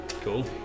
Cool